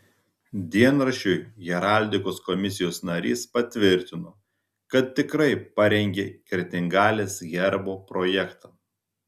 dienraščiui heraldikos komisijos narys patvirtino kad tikrai parengė kretingalės herbo projektą